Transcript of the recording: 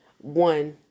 One